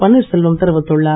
பன்னீர்செல்வம் தெரிவித்துள்ளார்